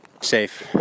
safe